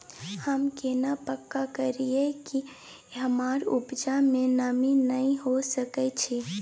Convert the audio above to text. हम केना पक्का करियै कि हमर उपजा में नमी नय होय सके छै?